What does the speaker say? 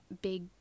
big